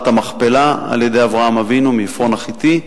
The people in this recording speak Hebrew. המכפלה על-ידי אברהם אבינו מעפרון החתי.